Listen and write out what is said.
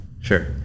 sure